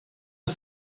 are